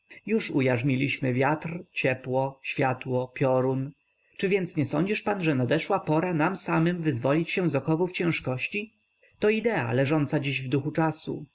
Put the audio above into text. już ujarzmiliśmy wiatr ciepło światło piorun czy więc nie sądzisz pan że nadeszła pora nam samym wyzwolić się z oków ciężkości to idea leżąca dziś w duchu czasu